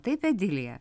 taip edilija